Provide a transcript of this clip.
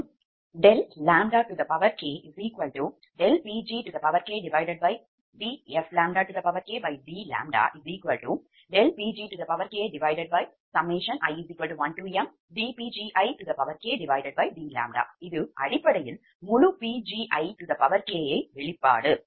மற்றும் ∆k∆Pgkdfkd∆Pgki1mkd இது அடிப்படையில் முழு Pgikவெளிப்பாடு